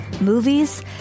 movies